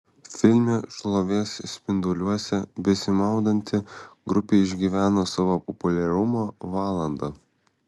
filme šlovės spinduliuose besimaudanti grupė išgyvena savo populiarumo valandą